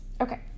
Okay